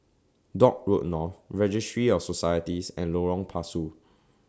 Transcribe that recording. Dock Road North Registry of Societies and Lorong Pasu